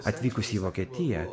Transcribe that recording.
atvykusi į vokietiją